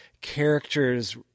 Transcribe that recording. characters